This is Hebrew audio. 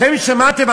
אתם שמעתם?